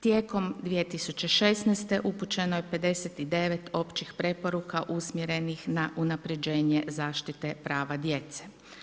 Tijekom 2016. upućeno je 59 općih preporuka usmjerenih na unaprjeđenje zaštite prava djece.